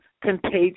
contagious